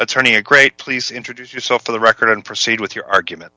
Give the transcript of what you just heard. attorney a great please introduce yourself for the record and proceed with your argument